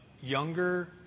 younger